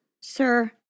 Sir